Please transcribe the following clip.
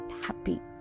happy